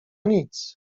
nic